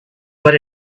what